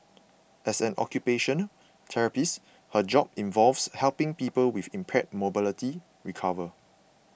as an occupational therapist her job involves helping people with impaired mobility recover